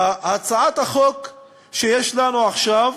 בהצעת החוק שיש לנו עכשיו